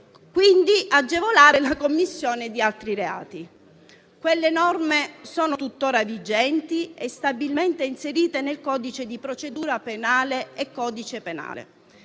quindi agevolare la commissione di altri reati. Quelle norme sono tuttora vigenti e stabilmente inserite nel codice di procedura penale e nel codice penale.